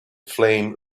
flame